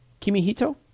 Kimihito